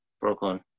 Brooklyn